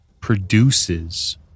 produces